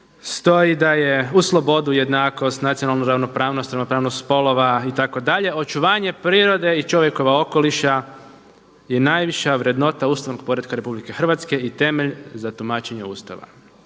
stoji da je uz slobodu, jednakost, nacionalnu ravnopravnost, ravnopravnost spolova, itd., očuvanje prirode i čovjekova okoliša je najviša vrednota ustavnog poretka RH i temelj za tumačenje Ustava.